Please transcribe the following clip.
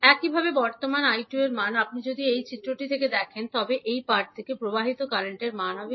একইভাবে বর্তমান 𝐈2 এর মান আপনি যদি এই চিত্রটি থেকে দেখেন তবে এই পাটি দিয়ে প্রবাহিত কারেন্টের মান হবে 𝐕2V22 𝐕1𝐲21